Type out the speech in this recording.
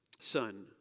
son